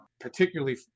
particularly